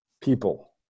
people